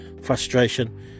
frustration